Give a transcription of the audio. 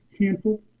canceled